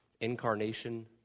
Incarnation